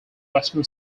western